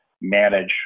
manage